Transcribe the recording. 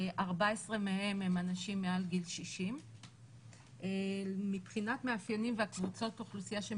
14 מהם אנשים מעל גיל 60. מבחינת מאפיינים וקבוצות האוכלוסייה שהם